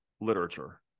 literature